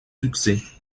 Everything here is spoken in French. succès